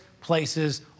places